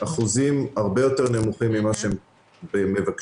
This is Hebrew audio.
אחוזים הרבה יותר נמוכים ממה שהם מבקשים,